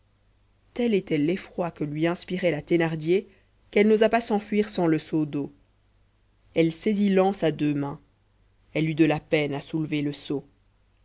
tel était l'effroi que lui inspirait la thénardier qu'elle n'osa pas s'enfuir sans le seau d'eau elle saisit l'anse à deux mains elle eut de la peine à soulever le seau